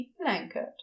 blanket